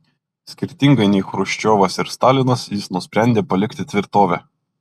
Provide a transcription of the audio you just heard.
skirtingai nei chruščiovas ir stalinas jis nusprendė palikti tvirtovę